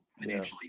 financially